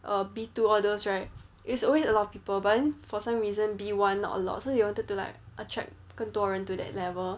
err B two all those right it's always a lot of people but then for some reason B one not a lot so they wanted to like attract 更多人 to that level